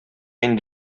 инде